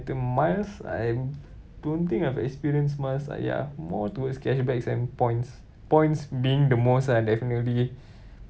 the miles I'm don't think I've experienced miles ah ya more towards cashback and points points being the most lah definitely